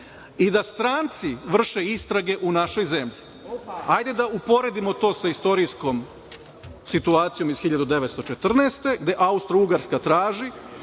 i da stranci vrše istrage u našoj zemlji. Hajde da uporedimo to sa istorijskom situacijom iz 1914. godine, gde Austrougarska traži